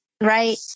right